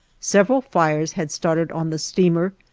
several fires had started on the steamer,